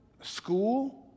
school